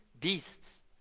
beasts